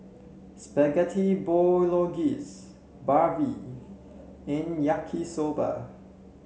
Spaghetti Bolognese Barfi and Yaki Soba